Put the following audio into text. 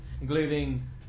including